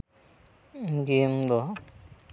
game ᱫᱚ